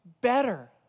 better